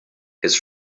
his